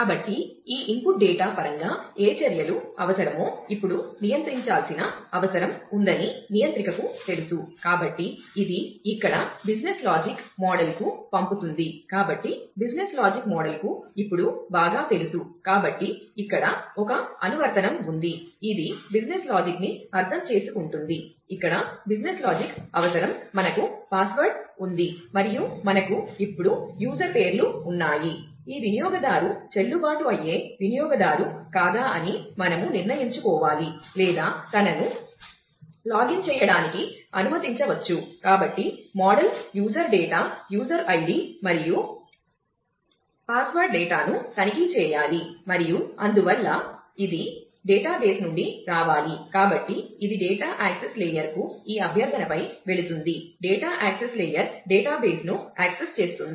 కాబట్టి ఈ input data access layer డేటాబేస్ను యాక్సెస్ చేస్తుంది